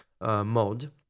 mode